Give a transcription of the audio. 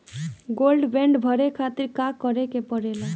Gold bond भरे खातिर का करेके पड़ेला?